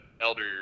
Elder